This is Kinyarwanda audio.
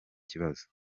kibazo